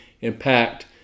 impact